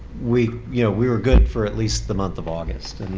we yeah we were good for at least the month of august.